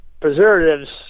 preservatives